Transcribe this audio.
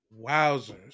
Wowzers